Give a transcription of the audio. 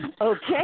Okay